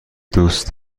دوست